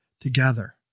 together